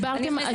דיברתן,